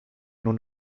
nur